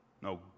No